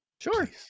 Sure